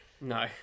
No